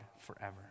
forever